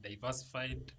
diversified